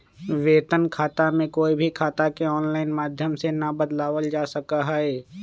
वेतन खाता में कोई भी खाता के आनलाइन माधम से ना बदलावल जा सका हई